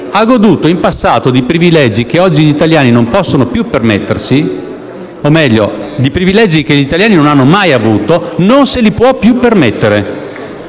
ha goduto in passato di privilegi che oggi gli italiani non possono più permettersi - o, meglio, di privilegi che gli italiani non hanno mai avuto - non se li potrà più permettere.